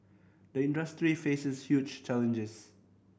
the industry faces huge challenges